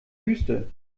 wüste